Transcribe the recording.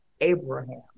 abraham